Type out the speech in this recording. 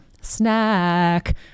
Snack